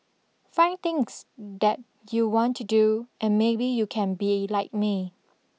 find things that you want to do and maybe you can be like me